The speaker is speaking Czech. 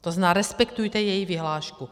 To znamená, respektujte její vyhlášku.